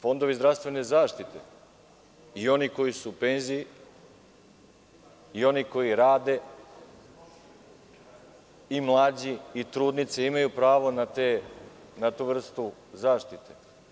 Fondovi zdravstvene zaštite, i oni koji su u penziji i oni koji rade i mlađi i trudnice imaju pravu na tu vrstu zaštite.